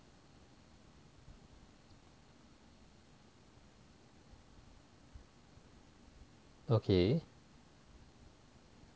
okay